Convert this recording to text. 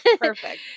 Perfect